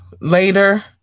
later